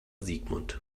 sigmund